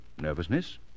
nervousness